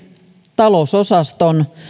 talousosaston